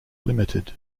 limited